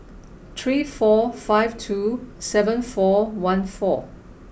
three four five two seven four one four